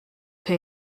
pain